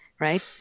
right